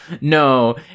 no